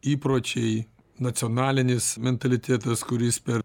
įpročiai nacionalinis mentalitetas kuris per